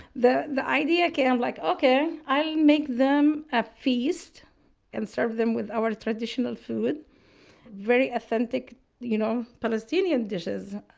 the the idea came like, okay, i'll make them a feast and serve them with our traditional food very authentic you know palestinian dishes.